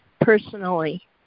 personally